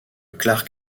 clark